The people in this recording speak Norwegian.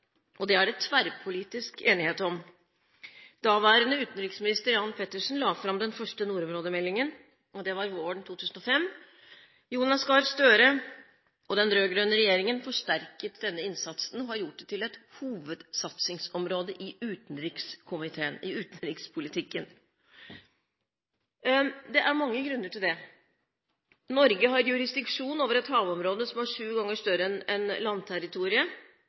og det er det tverrpolitisk enighet om. Daværende utenriksminister Jan Petersen la fram den første nordområdemeldingen. Det var våren 2005. Jonas Gahr Støre og den rød-grønne regjeringen forsterket denne innsatsen og gjorde det til et hovedsatsingsområde i utenrikspolitikken. Det er mange grunner til det. Norge har jurisdiksjon over et havområde som er sju ganger større enn landterritoriet.